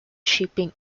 shipping